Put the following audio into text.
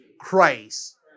Christ